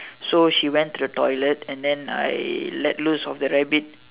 so she went to the toilet and then I let loose of the rabbit